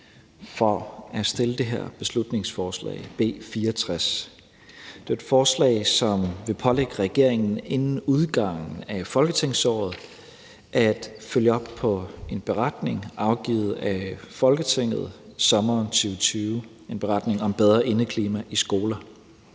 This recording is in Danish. fremsat det her beslutningsforslag, B 64. Det er et forslag, som vil pålægge regeringen inden udgangen af folketingsåret at følge op på en beretning om bedre indeklima i skoler